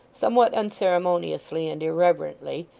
somewhat unceremoniously and irreverently,